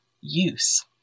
use